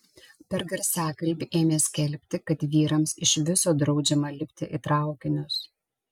per garsiakalbį ėmė skelbti kad vyrams iš viso draudžiama lipti į traukinius